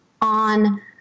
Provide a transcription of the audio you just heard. on